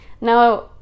Now